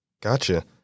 Gotcha